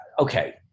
okay